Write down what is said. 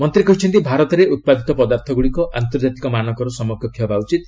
ମନ୍ତ୍ରୀ କହିଛନ୍ତି ଭାରତରେ ଉତ୍ପାଦିତ ପଦାର୍ଥ ଗୁଡ଼ିକ ଆନ୍ତର୍ଜାତିକ ମାନକର ସମକକ୍ଷ ହେବା ଉଚିତ